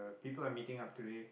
people are meeting up today